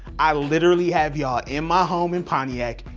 i literally have y'all in my home in pontiac,